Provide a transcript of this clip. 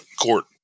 court